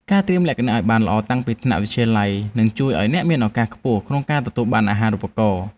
ការត្រៀមលក្ខណៈឱ្យបានល្អតាំងពីថ្នាក់វិទ្យាល័យនឹងជួយឱ្យអ្នកមានឱកាសខ្ពស់ក្នុងការទទួលបានអាហារូបករណ៍។